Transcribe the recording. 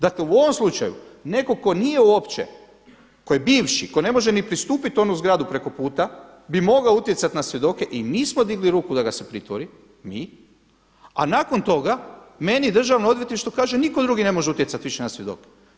Dakle u ovom slučaju netko tko nije uopće, tko je bivši, tko ne može ni pristupiti u onu zgradu preko puta bi mogao utjecati na svjedoke i mi smo digli ruku da ga se pritvori, mi a nakon toga meni državno odvjetništvo kaže nitko drugi ne može utjecati više na svjedoke.